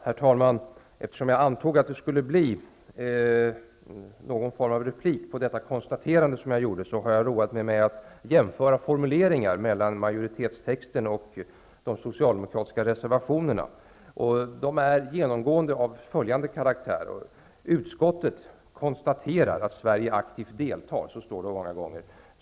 Herr talman! Eftersom jag antog att det skulle bli någon form av replik på det konstaterande jag gjorde har jag roat mig med att jämföra formuleringarna i majoritetstexten och de socialdemokratiska reservationerna. De är genomgående av följande karaktär. Utskottet konstaterar, enligt majoritetstexten, att Sverige aktivt deltar.